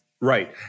Right